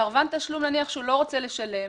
סרבן תשלום, נניח שהוא לא רוצה לשלם,